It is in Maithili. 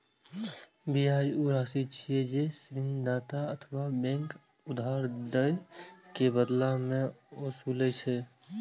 ब्याज ऊ राशि छियै, जे ऋणदाता अथवा बैंक उधार दए के बदला मे ओसूलै छै